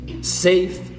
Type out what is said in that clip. Safe